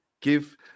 give